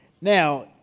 Now